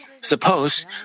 Suppose